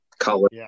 color